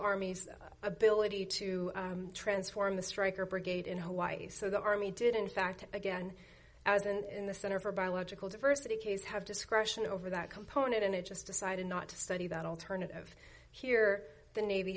army's ability to transform the stryker brigade in hawaii so the army did in fact again as an in the center for biological diversity case have discretion over that component and it just decided not to study that alternative here the navy